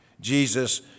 Jesus